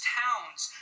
towns